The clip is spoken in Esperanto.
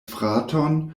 fraton